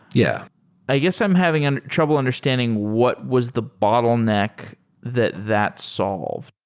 yeah i guess i'm having ah trouble understanding what was the bottleneck that that solved.